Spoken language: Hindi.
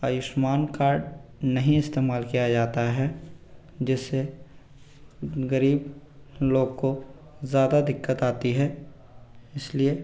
आयुष्मान कार्ड नहीं इस्तेमाल किया जाता है जिस से ग़रीब लोग को ज़्यादा दिक्कत आती है इस लिए